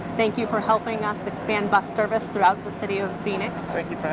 thank you for helping us expand bus service throughout the city of phoenix. thank you for